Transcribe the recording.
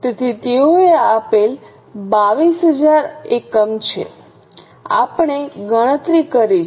તેથી તેઓએ આપેલ 22000 આપેલ એકમો છે આપણે ગણતરી કરી છે